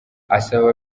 asaba